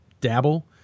dabble